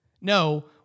No